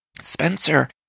Spencer